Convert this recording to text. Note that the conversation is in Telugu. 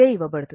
ఇవ్వబడుతుంది